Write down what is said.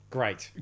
Great